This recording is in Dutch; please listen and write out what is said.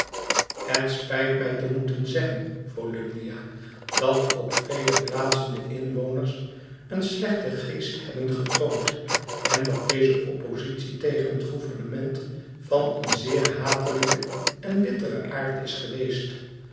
het spijt mij te moeten zeggen volumnia dat op vele plaatsen de inwoners een slechten geest hebben getoond en dat deze oppositie tegen het gouvernement van een zeer hatelijken en bitteren aard is geweest